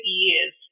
years